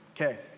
Okay